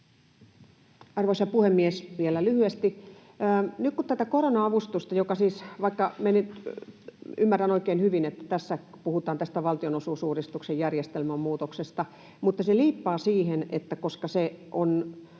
Arvoisa puhemies! Vielä lyhyesti: Nyt kun tätä korona-avustusta... Ymmärrän oikein hyvin, että tässä puhutaan valtionosuusuudistuksen järjestelmän muutoksesta, mutta se liippaa sitä, koska se,